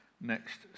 next